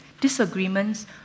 disagreements